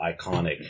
iconic